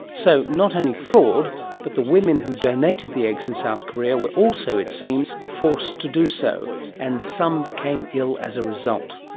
so not only fraud but the women who donated the eggs in south korea were also, it seems, forced forced to do so and some became ill as a results.